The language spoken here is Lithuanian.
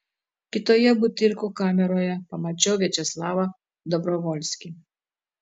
kitoje butyrkų kameroje pamačiau viačeslavą dobrovolskį